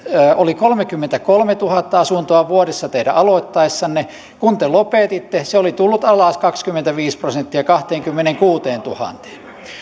oli kolmekymmentäkolmetuhatta asuntoa vuodessa teidän aloittaessanne kun te lopetitte se oli tullut alas kaksikymmentäviisi prosenttia kahteenkymmeneenkuuteentuhanteen